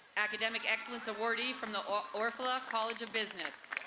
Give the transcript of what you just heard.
academic excellence awardee from the orfalea college of business